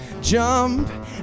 jump